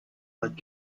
but